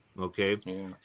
Okay